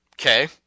Okay